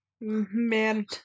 man